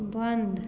बंद